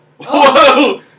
Whoa